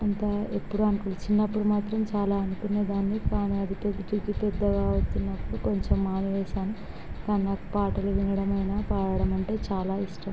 అంత ఎప్పుడూ అనిపించలేదు చిన్నపుడు మాత్రం చాలా అనుకునేదాన్ని కానీ అది పెరిగి పెద్దగా అవుతున్నప్పుడు కొంచెం మానేసాను కానీ నాకు పాటలు వినడం అయినా పాడడం అయినా చాలా ఇష్టం